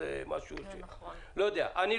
לא יודע.